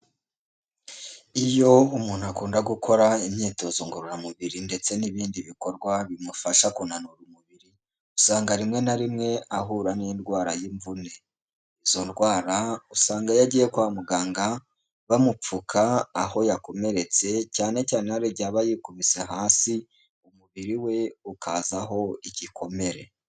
Iyo umuntu akunda gukora imyitozo ngororamubiri ndetse n'ibindi bikorwa bimufasha kunura umubiri, usanga rimwe na rimwe ahura n'indwara y'imvune, izo ndwara usanga iyo agiye kwa muganga bamupfuka aho yakomeretse, cyane cyane hari igihe aba yikubise hasi umubiri we ukazaho igikomere.